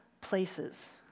places